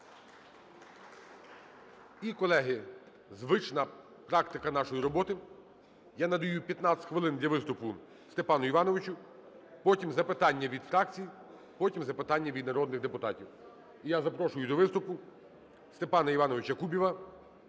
І, колеги, звична практика нашої роботи: я надаю 15 хвилин для виступу Степану Івановичу, потім запитання від фракцій, потім запитання від народних депутатів. І я запрошую до виступу Степана Івановича Кубіва